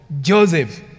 Joseph